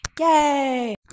Yay